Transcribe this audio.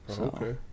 Okay